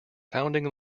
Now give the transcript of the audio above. founding